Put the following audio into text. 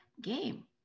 game